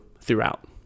throughout